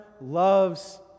loves